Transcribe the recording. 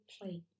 plate